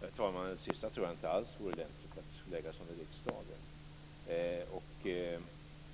Herr talman! Det sista tror jag inte alls vore lämpligt, dvs. att det skulle läggas under riksdagen.